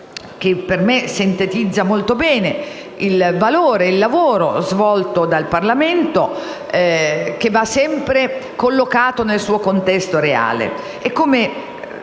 che, per me, sintetizza molto bene il valore del lavoro svolto dal Parlamento, che va sempre collocato nel suo contesto reale.